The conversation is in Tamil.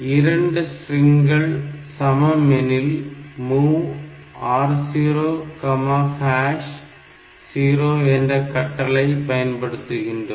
2 ஸ்ட்ரிங்கள் சமம் எனில் MOVR00 என்ற கட்டளை பயன்படுத்தினோம்